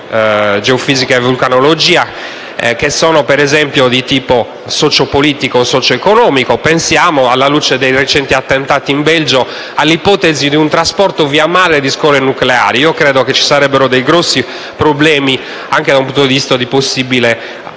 di geofisica e vulcanologia, ad esempio di tipo sociopolitico o socioeconomico. Pensiamo, alla luce dei recenti attentati in Belgio, all'ipotesi di un trasporto via mare di scorie nucleari: credo che vi sarebbero grossi problemi, anche dal punto di vista di possibili rischi